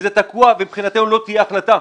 זה תקוע ומבחינתנו לא תהיה החלטה.